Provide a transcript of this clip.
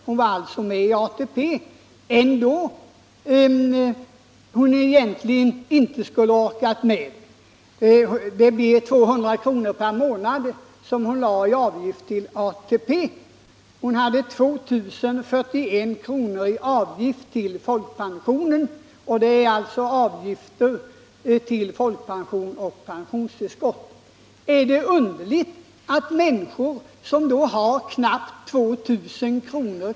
Hon är alltså med i ATP, fast hon egentligen inte skulle ha orkat med det. Hon betalade 200 kr. per månad i avgift till ATP. Hon betalade 2 041 kr. i avgift till folkpensionen och pensionstillskott. Är det underligt att människor som har knappt 2 000 kr.